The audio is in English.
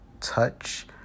touch